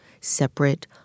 separate